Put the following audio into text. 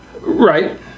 Right